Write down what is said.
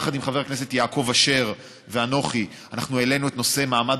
חבר הכנסת יעקב אשר ואנוכי העלינו את נושא מעמד